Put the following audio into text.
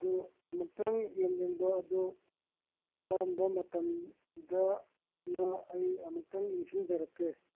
ꯑꯗꯨ ꯑꯃꯨꯛꯇꯪ ꯌꯦꯡꯅꯤꯡꯕ ꯑꯗꯨ ꯀꯔꯝꯕ ꯃꯇꯝꯗꯅꯣ ꯑꯩ ꯑꯃꯨꯛꯇꯪ ꯅꯤꯡꯁꯤꯡꯖꯔꯛꯀꯦ